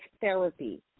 therapy